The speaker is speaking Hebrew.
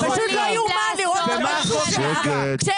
במה החוק נפגע?